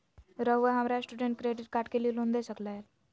रहुआ हमरा student credit card के लिए लोन दे सके ला?